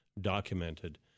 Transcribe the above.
documented